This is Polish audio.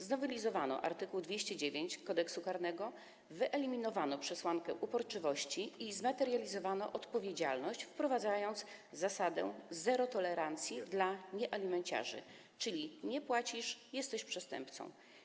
Znowelizowano art. 209 Kodeksu karnego, wyeliminowano przesłankę uporczywości i zmaterializowano odpowiedzialność, wprowadzając zasadę: zero tolerancji dla alimenciarzy, czyli nie płacisz, jesteś przestępcą.